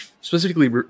specifically